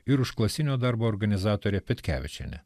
ir užklasinio darbo organizatorė petkevičienė